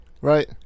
right